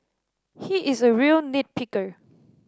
he is a real nit picker